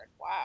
Wow